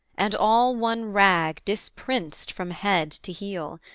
and all one rag, disprinced from head to heel.